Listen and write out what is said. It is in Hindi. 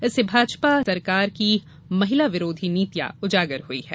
इससे भाजपा नीति सरकार की महिला विरोधी नीतियां उजागर हुई हैं